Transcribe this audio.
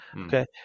okay